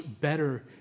better